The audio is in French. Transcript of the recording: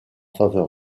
faveur